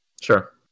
sure